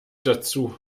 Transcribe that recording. dazu